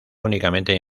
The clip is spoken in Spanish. únicamente